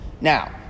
Now